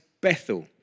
Bethel